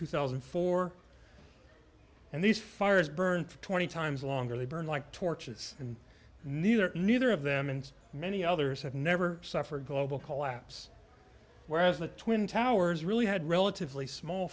two thousand and four and these fires burn for twenty times longer they burn like torches and neither neither of them and many others have never suffered global collapse whereas the twin towers really had relatively small